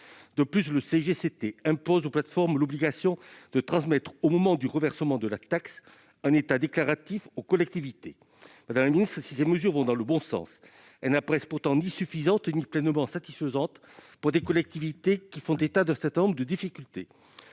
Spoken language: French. territoriales impose aux plateformes l'obligation de transmettre, au moment du reversement de la taxe, un état déclaratif aux collectivités. Madame la secrétaire d'État, si ces mesures vont dans le bon sens, elles n'apparaissent cependant ni suffisantes ni pleinement satisfaisantes pour des collectivités qui font état d'un certain nombre de difficultés.